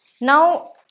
Now